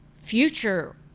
future